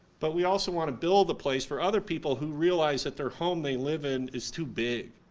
but we also want to build a place for other people who realize that their home they live in is too big.